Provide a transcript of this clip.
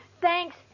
Thanks